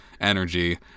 energy